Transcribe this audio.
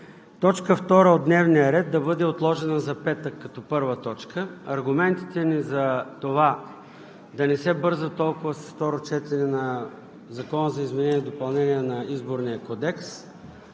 точка втора от дневния ред да бъде отложена за петък като първа точка. Аргументите ни за това – да не се бърза толкова с второ четене на Законопроекта за изменение и допълнение на Изборния кодекс,